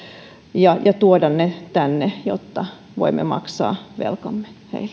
ja tuoda ne tänne jotta voimme maksaa velkamme